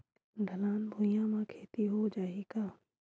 ढलान भुइयां म खेती हो जाही का?